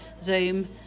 zoom